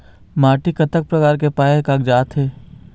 माटी कतक प्रकार के पाये कागजात हे?